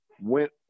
went